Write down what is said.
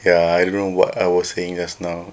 ya I don't know what I was saying just now